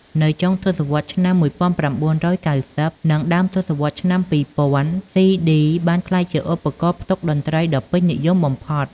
នៅចុងទសវត្សរ៍ឆ្នាំ ១៩៩០ និងដើមទសវត្សរ៍ឆ្នាំ ២០០០ ស៊ីឌី បានក្លាយជាឧបករណ៍ផ្ទុកតន្ត្រីដ៏ពេញនិយមបំផុត។